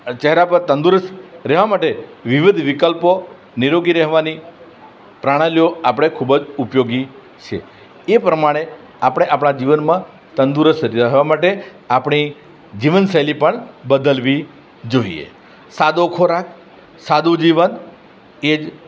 ચહેરા પર તંદુરસ્ત રહેવા માટે વિવિધ વિકલ્પો નિરોગી રહેવાની પ્રણાલીઓ આપણે ખૂબ જ ઉપયોગી છે એ પ્રમાણે આપણે આપણા જીવનમાં તંદુરસ્ત રહેવા માટે આપણી જીવનશૈલી પણ બદલવી જોઈએ સાદો ખોરાક સાદું જીવન એ જ